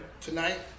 Tonight